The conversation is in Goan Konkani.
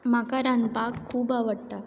म्हाका रांदपाक खूब आवडटा